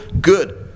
good